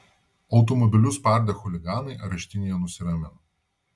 automobilius spardę chuliganai areštinėje nusiramino